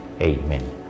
Amen